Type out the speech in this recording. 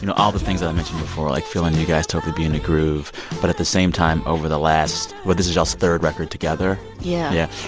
you know all the things that i mentioned before, like feeling you guys totally be in a groove but at the same time over the last what? this is y'all's third record together yeah yeah.